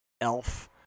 elf